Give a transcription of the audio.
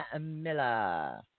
Miller